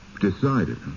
decided